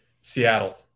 Seattle